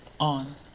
on